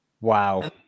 Wow